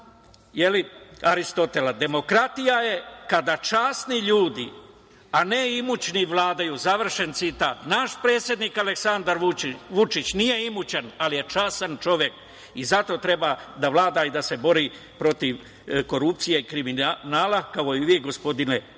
Aristotela – demokratija je kada časni ljudi, a ne imućni, vladaju. Završen citat. Naš predsednik Aleksandar Vučić nije imućan, ali je častan čovek. Zato treba da vlada i da se bori protiv korupcije, kriminala, kao i vi, gospodine